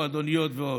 מועדוניות ועוד.